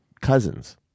cousins